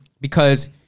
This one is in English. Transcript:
because-